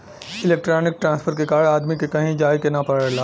electronic transfer के कारण आदमी के कहीं जाये के ना पड़ेला